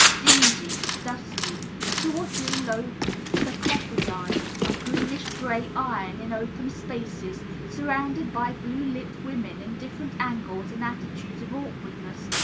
dingy, dusty two or three low sarcophagi of greenish-gray iron in open spaces, surrounded by blue-lipped women, in different angles and attitudes of awkwardness,